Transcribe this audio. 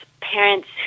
parents